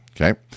Okay